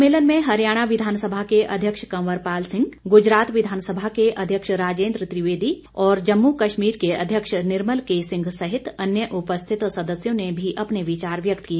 सम्मेलन में हरियाणा विधानसभा के अध्यक्ष कंवर पाल सिंह गुजरात विधानसभा के अध्यक्ष राजेन्द्र त्रिवेदी जम्मू कश्मीर के अध्यक्ष निर्मल के सिंह सहित अन्य उपस्थित सदस्यों ने भी अपने विचार व्यक्त किए